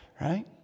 Right